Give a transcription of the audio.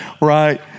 Right